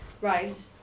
Right